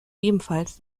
ebenfalls